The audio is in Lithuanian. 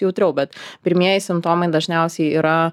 jautriau bet pirmieji simptomai dažniausiai yra